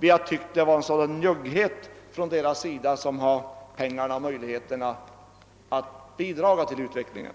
enligt min mening varit en sådan njugghet från deras sida som har pengarna och möjligheterna att bidra till utvecklingen.